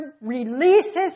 releases